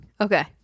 Okay